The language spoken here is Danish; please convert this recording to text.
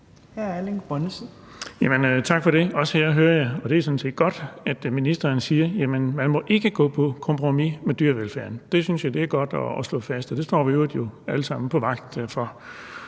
Erling Bonnesen (V): Tak for det. Også her hører jeg – og det er sådan set godt – at ministeren siger, at man ikke må gå på kompromis med dyrevelfærden. Det synes jeg er godt at slå fast, og det står vi jo i øvrigt alle sammen vagt om.